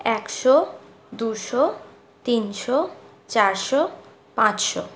একশো দুশো তিনশো চারশো পাঁচশো